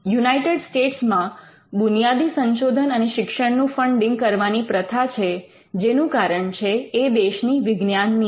United States માં બુનિયાદી સંશોધન અને શિક્ષણનું ફંડિંગ કરવાની પ્રથા છે જેનું કારણ છે એ દેશની વિજ્ઞાન નીતિ